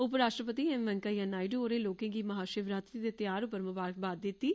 उपराश्ट्रपति एम वैंकया नायडू होरें लोकें गी महा शिवरात्रि दे ध्यार उप्पर मुबारकबाद दित्ती ऐ